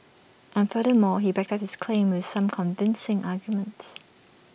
and furthermore he backed up his claim with some convincing arguments